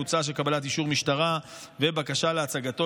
מוצע שקבלת אישור משטרה ובקשה להצגתו